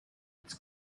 its